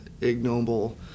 ignoble